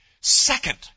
Second